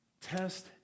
Test